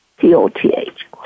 T-O-T-H